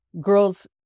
girls